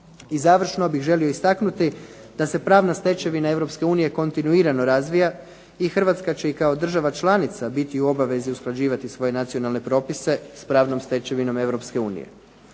I završno bih želio istaknuti da se pravna stečevina Europske unije kontinuirano razvija i Hrvatska će i kao država članica biti u obavezi usklađivati svoje nacionalne propise s pravnom stečevinom